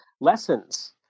lessons